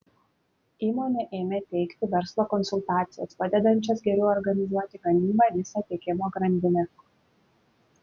įmonė ėmė teikti verslo konsultacijas padedančias geriau organizuoti gamybą visą tiekimo grandinę